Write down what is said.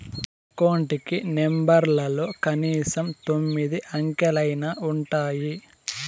account కి నెంబర్లలో కనీసం తొమ్మిది అంకెలైనా ఉంటాయి